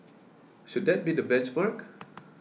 should that be the benchmark